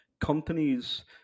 companies